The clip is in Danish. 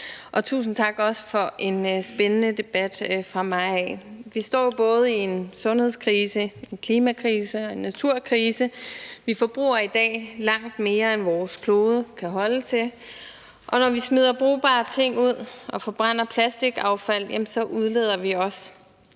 Og tusind tak også fra mig for den spændende debat. Vi står jo både i en sundhedskrise, en klimakrise og en naturkrise. Vi forbruger i dag langt mere, end vores klode kan holde til, og når vi smider brugbare ting ud og forbrænder plastikaffald, så udleder vi også